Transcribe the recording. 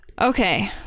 Okay